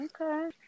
okay